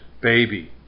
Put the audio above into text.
baby